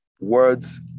Words